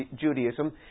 Judaism